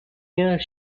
year